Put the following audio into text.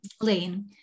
Lane